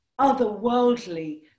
otherworldly